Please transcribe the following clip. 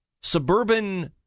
suburban